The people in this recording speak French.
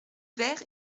vert